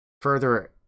further